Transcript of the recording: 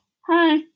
Hi